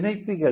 இணைப்பிகள்